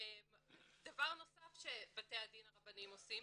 דבר נוסף שבתי הדין הרבניים עושים,